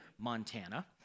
Montana